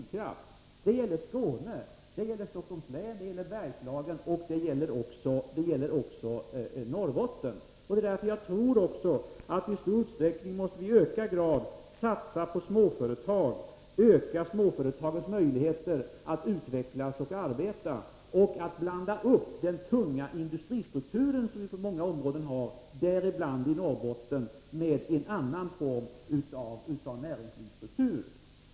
Detta gäller Skåne, Stockholms län, Bergslagen och även Norrbotten. Jag tror också att vi i större utsträckning måste satsa på småföretag och öka möjligheterna för dessa att utvecklas och arbeta. Vi måste blanda upp den tunga industrin som vi har på många håll i landet, bl.a. i Norrbotten, med en annan näringslivsstruktur.